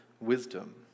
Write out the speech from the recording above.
wisdom